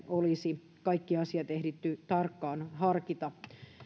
olisi sitten ehditty tarkkaan harkita